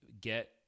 get